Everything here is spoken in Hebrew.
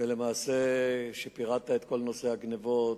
למעשה, כשפירטת את כל נושא הגנבות,